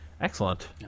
Excellent